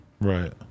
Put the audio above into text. Right